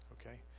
okay